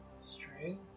string